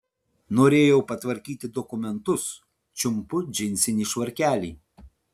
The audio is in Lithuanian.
norėjau patvarkyti dokumentus čiumpu džinsinį švarkelį